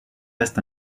restent